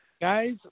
Guys